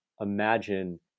imagine